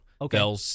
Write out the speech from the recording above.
Okay